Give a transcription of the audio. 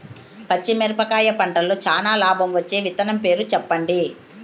పచ్చిమిరపకాయ పంటలో చానా లాభం వచ్చే విత్తనం పేరు చెప్పండి?